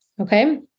okay